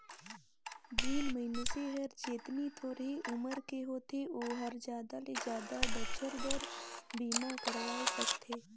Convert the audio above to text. जेन मइनसे हर जेतनी थोरहें उमर के होथे ओ हर जादा ले जादा बच्छर बर बीमा करवाये सकथें